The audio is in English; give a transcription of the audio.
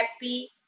happy